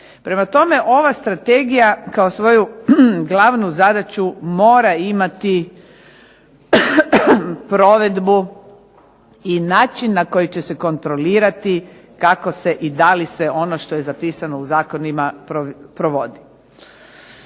Prema tome, ova strategija kao svoju glavnu zadaću mora imati provedbu i način na koji će se kontrolirati kako se i da li se ono što je zapisano u zakonima provodi.